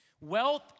Wealth